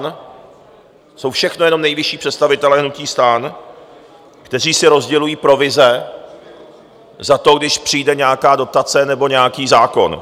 To jsou všechno jenom nejvyšší představitelé hnutí STAN, kteří si rozdělují provize za to, když přijde nějaká dotace nebo nějaký zákon.